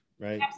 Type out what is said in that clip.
right